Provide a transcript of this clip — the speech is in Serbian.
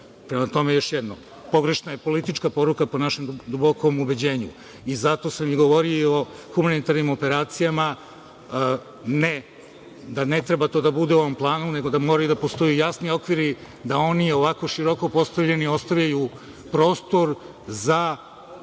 tome, još jednom, pogrešna je politička poruka, po našem dubokom ubeđenju. Zato sam i govorio o humanitarnim operacijama, da ne treba to da bude u ovom planu, nego da moraju da postoje jasni okviri da oni ovako široko postavljeni ostavljaju prostor za,